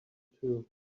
too